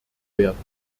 werden